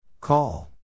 call